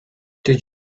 did